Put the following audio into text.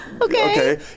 okay